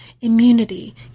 immunity